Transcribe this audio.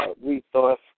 resource